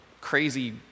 crazy